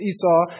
Esau